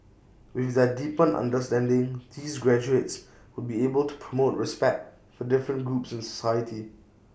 with their deepened understanding these graduates would be able to promote respect for different groups in society